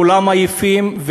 כולם עייפים,